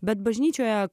bet bažnyčioje